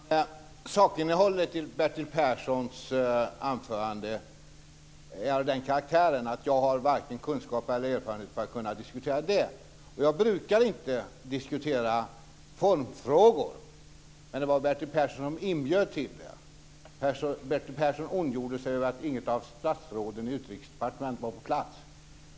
Fru talman! Sakinnehållet i Bertil Perssons anförande är av den karaktären att jag varken har kunskap eller erfarenhet för att kunna diskutera det. Jag brukar inte diskutera formfrågor, men det var Bertil Persson som inbjöd till det. Bertil Persson ondgjorde sig över att inget av statsråden i Utrikesdepartementet var på plats.